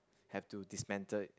have to dismantle it